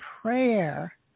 prayer